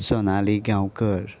Sonali Gaonkar